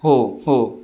हो हो